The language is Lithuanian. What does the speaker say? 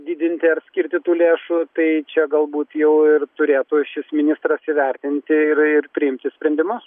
didinti ar skirti tų lėšų tai čia galbūt jau ir turėtų šis ministras įvertinti ir ir priimti sprendimus